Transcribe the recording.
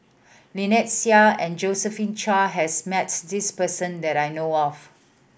Lynnette Seah and Josephine Chia has met this person that I know of